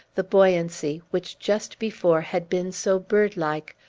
the buoyancy, which just before had been so bird-like,